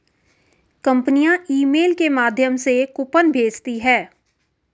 कंपनियां ईमेल के माध्यम से कूपन भेजती है